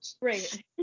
Right